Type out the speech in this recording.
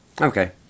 Okay